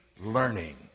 learning